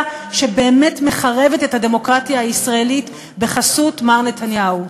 שבאמת מחרבת את הדמוקרטיה הישראלית בחסות מר נתניהו.